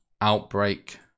Outbreak